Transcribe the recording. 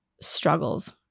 struggles